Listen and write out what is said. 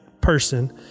person